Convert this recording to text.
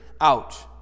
out